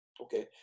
okay